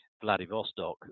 Vladivostok